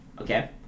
Okay